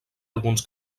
alguns